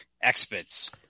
experts